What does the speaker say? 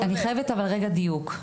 אני חייבת לדייק,